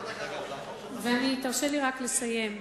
תרשה לי רק לסיים.